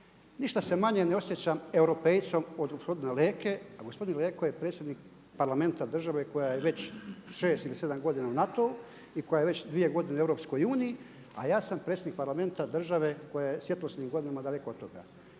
ništa se manje ne osjećam europejcem od gospodina Leke, a gospodin Leko je predsjednik parlamenta države koja je već šest ili sedam godina u NATO-u, koja je već dvije godine u EU, a ja sam predsjednik parlamenta države koja je svjetlosnim godinama daleko od toga.